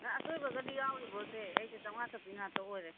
ꯅꯪ ꯑꯆꯣꯏꯕꯒꯗꯤ ꯌꯥꯎꯔꯤꯕꯣꯁꯦ ꯑꯩꯁꯦ ꯆꯥꯎꯉꯥ ꯆꯞꯄꯤ ꯉꯥꯛꯇ ꯑꯣꯏꯔꯦ